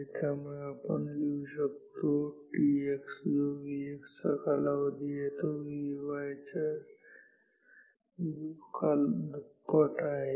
त्यामुळे आपण लिहू शकतो tx जो Vx चा कालावधी आहे तो Vy च्या कालावधीच्या दुप्पट आहे ठीक आहे